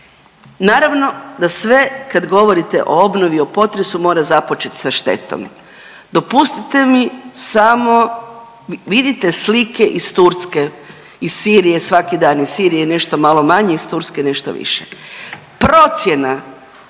Naravno da sve kad govorite o obnovi i o potresu mora započeti sa štetom. Dopustite mi samo, vidite slike iz Turske, iz Sirije, svaki dan. Iz Sirije nešto malo manje iz Turske nešto više. Procjena